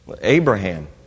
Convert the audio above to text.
Abraham